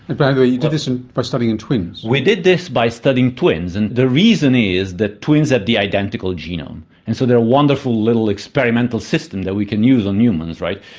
but by the way, you did this and by studying and twins. we did this by studying twins and the reason is that twins have the identical genome. and so they're a wonderful little experimental system that we can use on humans, right?